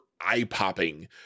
eye-popping